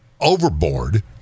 overboard